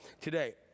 today